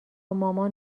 مامان